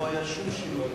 לא היה שום שינוי בזה.